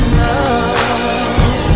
love